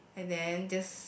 and then just